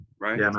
right